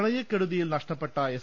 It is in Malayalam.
പ്രളയക്കെടുതിയിൽ നഷ്ടപ്പെട്ട എസ്